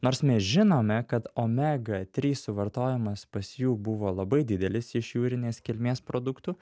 nors mes žinome kad omega trys suvartojimas pas jų buvo labai didelis iš jūrinės kilmės produktų